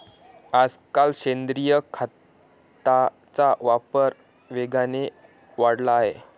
आजकाल सेंद्रिय खताचा वापर वेगाने वाढला आहे